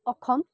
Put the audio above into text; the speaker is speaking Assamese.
অসম